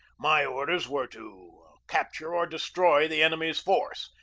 my orders were to capture or destroy the enemy's force,